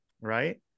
Right